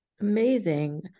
Amazing